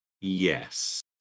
Yes